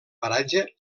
paratge